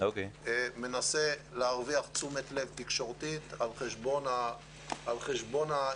מנסה להרוויח תשומת לב תקשורתית על חשבון היציבות